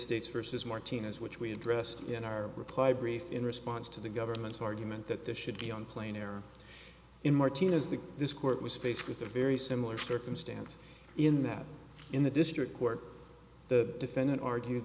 states versus martinez which we addressed in our reply brief in response to the government's argument that this should be on plane air in martina's that this court was faced with a very similar circumstance in that in the district court the defendant argue